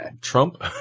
Trump